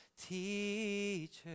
teacher